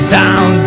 down